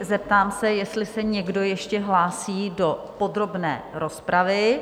Zeptám se, jestli se někdo ještě hlásí do podrobné rozpravy?